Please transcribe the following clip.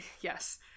Yes